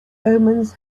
omens